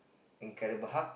incredible hulk